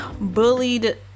bullied